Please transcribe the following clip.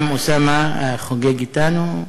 גם אוסאמה חוגג אתנו.